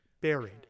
buried